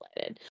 highlighted